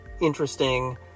interesting